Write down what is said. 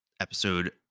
episode